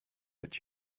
that